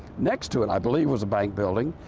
next to it, i believe, was a bank building.